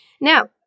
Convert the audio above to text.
now